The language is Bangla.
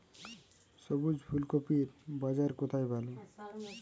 সবুজ ফুলকপির বাজার কোথায় ভালো?